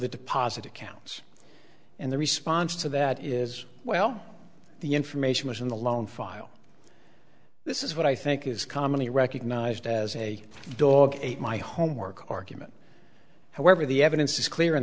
the deposit accounts and the response to that is well the information is in the loan file this is what i think is commonly recognized as a dog ate my homework argument however the evidence is clear in